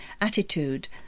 attitude